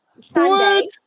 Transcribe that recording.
Sunday